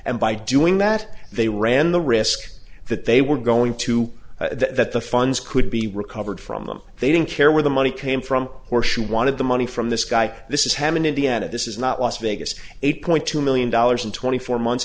and by doing that they ran the risk that they were going to that the funds could be recovered from them they didn't care where the money came from or she wanted the money from this guy this is hammond indiana this is not las vegas eight point two million dollars in twenty four months